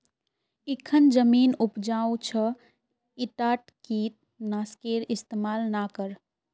इखन जमीन उपजाऊ छ ईटात कीट नाशकेर इस्तमाल ना कर